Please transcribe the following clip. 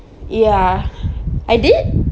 ya I did